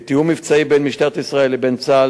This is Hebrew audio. בתיאום מבצעי בין משטרת ישראל לבין צה"ל